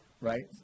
right